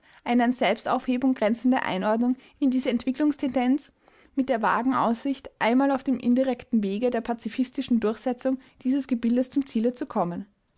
an selbstaufhebung grenzende einordnung in diese entwicklungstendenz mit der vagen aussicht einmal auf dem indirekten wege der pazifistischen durchsetzung dieses gebildes zum ziele zu kommen